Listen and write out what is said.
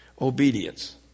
obedience